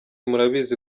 murabizi